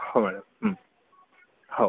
हो मॅडम हं हो